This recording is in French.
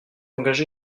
engagé